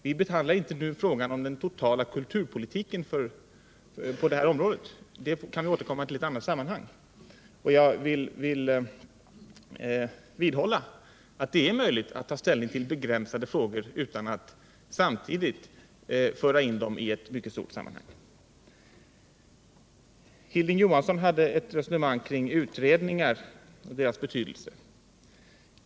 Vi behandlar inte nu den totala kulturpolitiken - den kan vi återkomma till i ett annat sammanhang. Jag vidhåller att det är möjligt att ta ställning till begränsade frågor utan att samtidigt föra in dem i ett mycket stort sammanhang. Hilding Johansson förde ett resonemang kring utredningar och deras betydelse.